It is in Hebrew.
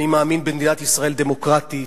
אני מאמין במדינת ישראל דמוקרטית,